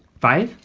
five?